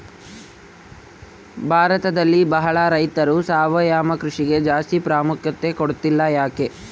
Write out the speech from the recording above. ಭಾರತದಲ್ಲಿ ಬಹಳ ರೈತರು ಸಾವಯವ ಕೃಷಿಗೆ ಜಾಸ್ತಿ ಪ್ರಾಮುಖ್ಯತೆ ಕೊಡ್ತಿಲ್ಲ ಯಾಕೆ?